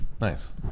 Nice